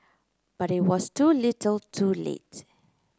but it was too little too late